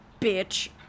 bitch